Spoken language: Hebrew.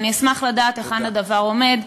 אני אשמח לדעת היכן הדבר עומד.